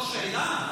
לא, שאלה.